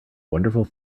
wonderful